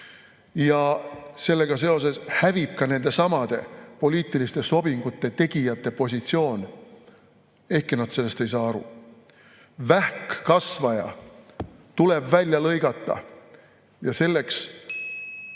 Ja sellega seoses hävib ka nendesamade poliitiliste sobingute tegijate positsioon, ehkki nad sellest ei saa aru. Vähkkasvaja tuleb välja lõigata ja selleks